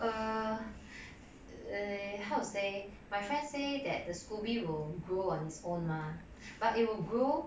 uh eh how to say my friend say that the scoby will grow on own mah but it'll grow